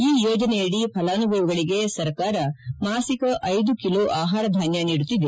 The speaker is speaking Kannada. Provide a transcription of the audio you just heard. ಈ ಯೋಜನೆಯಡಿ ಫಲಾನುಭವಿಗಳಿಗೆ ಸರ್ಕಾರ ಮಾಸಿಕ ಐದು ಕಿರೋ ಆಹಾರಧಾನ್ಲ ನೀಡುತ್ತಿದೆ